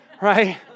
right